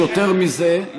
יותר מזה.